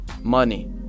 Money